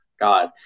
God